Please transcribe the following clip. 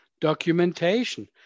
documentation